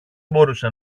μπορούσε